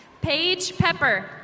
page pepper.